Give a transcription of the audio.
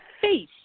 face